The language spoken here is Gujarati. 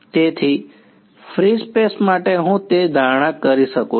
તેથી ફ્રી સ્પેસ માટે હું તે ધારણા કરી શકું છું